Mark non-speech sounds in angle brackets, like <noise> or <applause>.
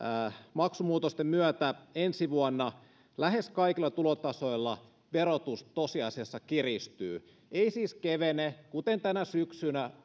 maksumuutosten myötä ensi vuonna lähes kaikilla tulotasoilla verotus tosiasiassa kiristyy ei siis kevene kuten tänä syksynä <unintelligible>